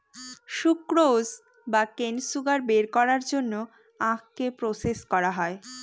sucrose বা cane sugar বের করার জন্য আখকে প্রসেস করা হয়